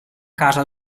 casa